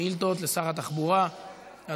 הצעת החוק התקבלה בקריאה ראשונה,